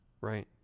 right